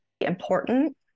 important